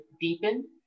deepen